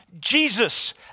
Jesus